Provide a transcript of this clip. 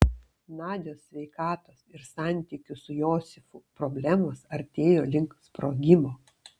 nadios sveikatos ir santykių su josifu problemos artėjo link sprogimo